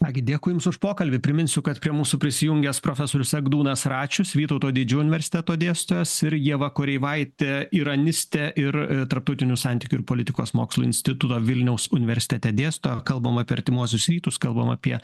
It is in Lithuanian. ką gi dėkui jums už pokalbį priminsiu kad prie mūsų prisijungęs profesorius egdūnas račius vytauto didžiojo universiteto dėstytojas ir ieva koreivaitė iranistė ir tarptautinių santykių ir politikos mokslų instituto vilniaus universitete dėsto kalbam apie artimuosius rytus kalbam apie